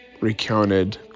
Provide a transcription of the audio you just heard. recounted